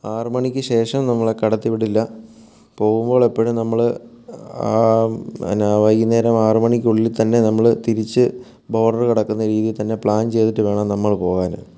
ആറു മണിക്ക് ശേഷം നമ്മളെ കടത്തി വിടില്ല പോകുമ്പോൾ എപ്പോഴും നമ്മൾ പിന്നെ വൈകുന്നേരം ആറുമണിക്കുള്ളിൽ തന്നെ നമ്മൾ തിരിച്ച് ബോർഡർ കടക്കുന്ന രീതിയിൽ തന്നെ പ്ലാൻ ചെയ്തിട്ട് വേണം നമ്മൾ പോകാൻ